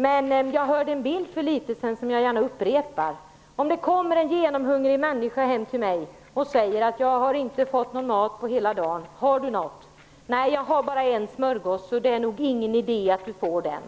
Jag hörde en liknelse för en tid sedan som jag gärna upprepar: Det kommer en genomhungrig människa hem till mig och säger att han inte har fått någon mat på hela dagen. Han frågar om jag har något. Jag säger: Nej, jag har bara en smörgås, så det är nog ingen idé att du får den.